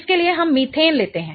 इसके लिए हम मीथेन लेते हैं